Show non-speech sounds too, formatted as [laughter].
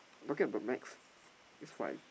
talking about max [noise] is five